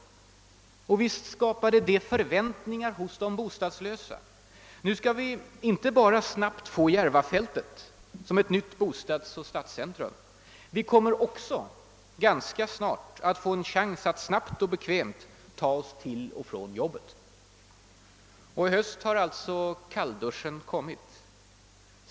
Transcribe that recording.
Och visst skapade det förväntningar hos de bostadslösa. Nu skall vi inte bara snabbt få Järvafältet som ett nytt bostadsoch stadscentrum. Vi kommer också ganska snart att få en chans att snabbt och bekvämt ta oss till och från jobbet. I höst har alltså kallduschen kommit.